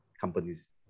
companies